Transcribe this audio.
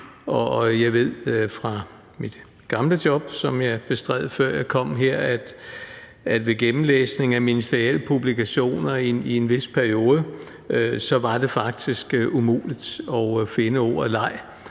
Jeg ved fra mit gamle job, som jeg bestred, før jeg kom her, at det ved gennemlæsning af ministerielle publikationer i en vis periode faktisk var umuligt at finde ordet leg